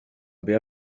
havia